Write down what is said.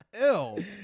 Ew